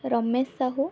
Ramesh Sahu